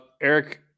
Eric